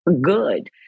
good